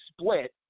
split